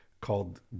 called